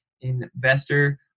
investor